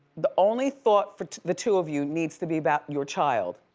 the only thought for the two of you, needs to be about your child.